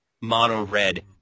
mono-red